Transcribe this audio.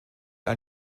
ein